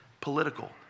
political